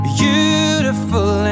beautiful